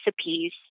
recipes